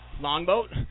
Longboat